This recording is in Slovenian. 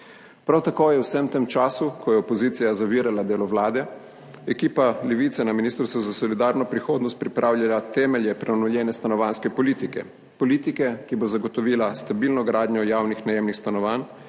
Prav tako je v vsem tem času, ko je opozicija zavirala delo vlade, ekipa Levice na Ministrstvu za solidarno prihodnost pripravljala temelje prenovljene stanovanjske politike, politike, ki bo zagotovila stabilno gradnjo javnih najemnih stanovanj,